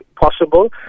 possible